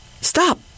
stop